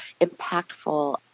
impactful